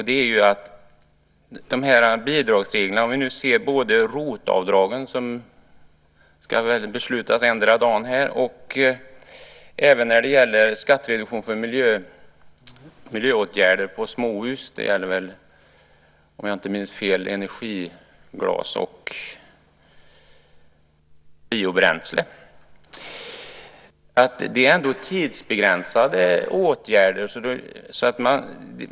Det är att bidragsreglerna för både ROT-avdragen, som vi ska besluta om endera dagen, och även skattereduktion för miljöåtgärder på småhus - det gäller energiglas och biobränsle, om jag inte minns fel - är tidsbegränsade åtgärder.